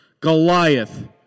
Goliath